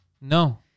No